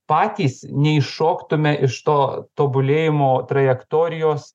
patys neiššoktume iš to tobulėjimo trajektorijos